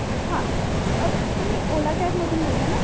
हां तुम्ही ओला कॅबमधून बोलत आहे ना